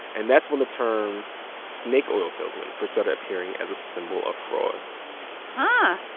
and that's when the term snake oil salesmen first started appearing as a symbol of fraud huh